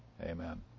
amen